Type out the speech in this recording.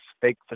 fake